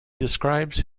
describes